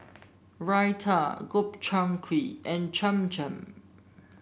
Raita Gobchang Gui and Cham Cham